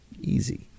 Easy